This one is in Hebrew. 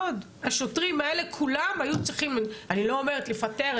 השוטרים האלה כולם היו צריכים אני לא אומרת לפטר,